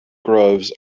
groves